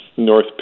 north